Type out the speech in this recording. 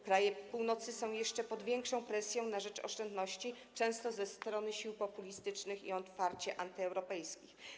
Kraje Północy są pod jeszcze większą presją na rzecz oszczędności, często ze strony sił populistycznych i otwarcie antyeuropejskich.